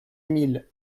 mille